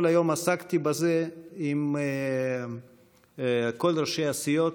כל היום עסקתי בזה עם כל ראשי הסיעות,